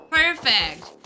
Perfect